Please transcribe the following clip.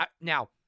Now